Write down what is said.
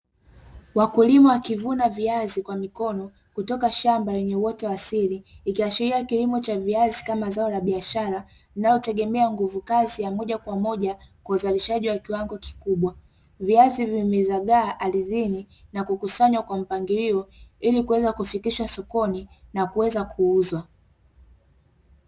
Wakulima wakivuna viazi kwa mikono kutoka shamba lenye uoto wa asili, ikiashiria kilimo cha viazi kama zao la biashara linalotegemea nguvu kazi ya moja kwa moja, kwa uzalishaji wa kiwango kikubwa. Viazi vimezagaa ardhini na kukusanywa kwa mpangilio, ili kuweza kufikishwa sokoni na kuweza kuuzwa.